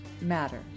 matter